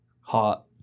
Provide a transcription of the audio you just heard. hot